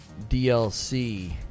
DLC